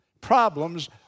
Problems